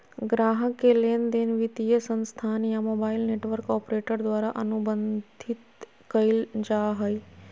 ग्राहक के लेनदेन वित्तीय संस्थान या मोबाइल नेटवर्क ऑपरेटर द्वारा अनुबंधित कइल जा हइ